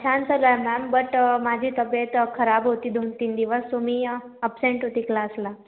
छान चालू आहे मॅम बट माझी तब्बेत खराब होती दोन तीन दिवस सो मी अबसेन्ट होती क्लासला